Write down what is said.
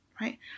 right